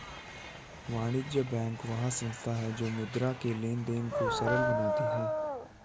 वाणिज्य बैंक वह संस्था है जो मुद्रा के लेंन देंन को सरल बनाती है